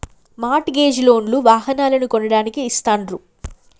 mart gauge loan లు వాహనాలను కొనడానికి ఇస్తాండ్రు